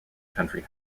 country